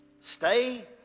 Stay